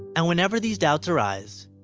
and whenever these doubts arise,